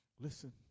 Listen